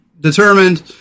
determined